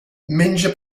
menja